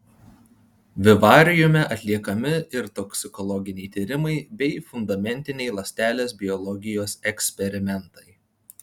vivariume atliekami ir toksikologiniai tyrimai bei fundamentiniai ląstelės biologijos eksperimentai